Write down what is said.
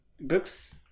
books